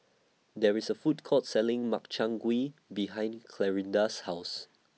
There IS A Food Court Selling Makchang Gui behind Clarinda's House